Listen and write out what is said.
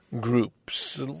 groups